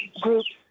groups